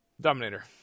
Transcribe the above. Dominator